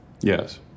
Yes